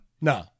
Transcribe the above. No